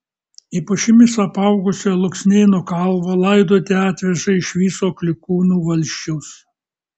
į pušimis apaugusią luksnėnų kalvą laidoti atveža iš viso klykūnų valsčiaus